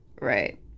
right